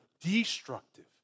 destructive